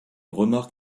remarque